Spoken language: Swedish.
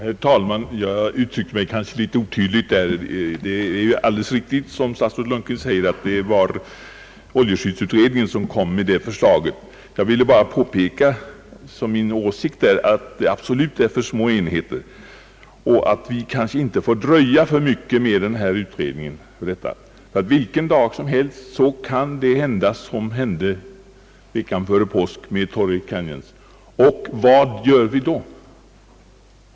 Herr talman! Jag uttryckte mig kanske litet otydligt i mitt förra inlägg. Det är ju alldeles riktigt, som statsrådet Lundkvist påpekar, att det var oljeskyddsutredningen som lade fram ifrågavarande förslag om primärkommunerna. Jag ville bara framhålla som min åsikt att de absolut är för små enheter och att vi inte får dröja för länge med utredningen av detta spörsmål, ty vilken dag som helst kan detsamma hända som veckan före påsk hände med tankern Torrey Canyon. Vad gör vi då?